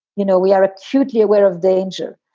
you know, we are acutely aware of danger.